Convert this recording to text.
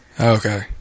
Okay